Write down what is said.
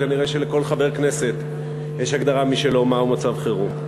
כנראה לכל חבר כנסת יש הגדרה משלו מהו מצב חירום.